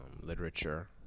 literature